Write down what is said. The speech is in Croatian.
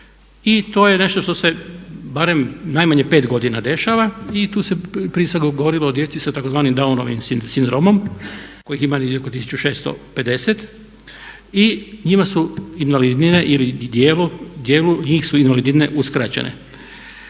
To je nešto što se barem najmanje 5 godina dešava. Tu se prije svega govorilo o djeci sa tzv. downovim sindromom kojih ima negdje oko 1650. I njima su invalidnine ili dijelu njih su invalidnine uskraćene.